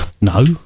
no